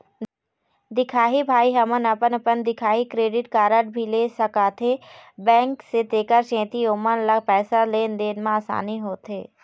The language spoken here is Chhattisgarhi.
दिखाही भाई हमन अपन अपन दिखाही क्रेडिट कारड भी ले सकाथे बैंक से तेकर सेंथी ओमन ला पैसा लेन देन मा आसानी होथे?